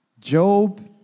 Job